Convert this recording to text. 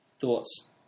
Thoughts